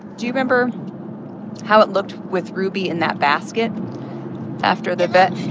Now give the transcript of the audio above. do you remember how it looked with ruby in that basket after the vet?